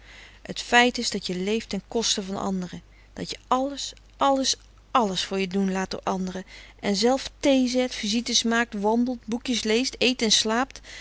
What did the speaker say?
t feit is dat je leeft ten koste van anderen dat je alles alles alles voor je doen laat door anderen en zelf thee zet visites maakt wandelt boekjes leest eet en slaapt